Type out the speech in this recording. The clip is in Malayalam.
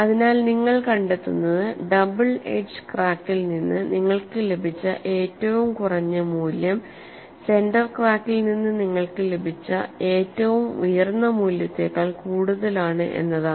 അതിനാൽ നിങ്ങൾ കണ്ടെത്തുന്നത് ഡബിൾ എഡ്ജ് ക്രാക്കിൽ നിന്ന് നിങ്ങൾക്ക് ലഭിച്ച ഏറ്റവും കുറഞ്ഞ മൂല്യം സെന്റർ ക്രാക്കിൽ നിന്ന് നിങ്ങൾക്ക് ലഭിച്ച ഏറ്റവും ഉയർന്ന മൂല്യത്തേക്കാൾ കൂടുതലാണ് എന്നതാണ്